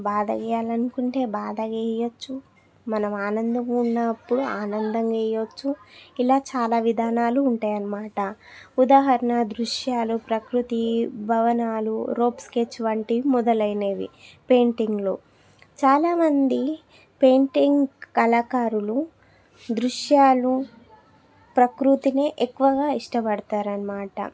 బాధ వేయాలనుకుంటే బాధగా వేయవచ్చు మనం ఆనందంగా ఉన్నప్పుడు ఆనందంగా వేయవచ్చు ఇలా చాలా విధానాలు ఉంటాయన్నమాట ఉదాహరణ దృశ్యాలు ప్రకృతీ భవనాలు రూప్ స్కెచ్ వంటివి మొదలైనవి పెయింటింగ్లో చాలా మంది పెయింటింగ్ కళాకారులు దృశ్యాలు ప్రకృతిని ఎక్కువగా ఇష్టపడతారు అన్నమాట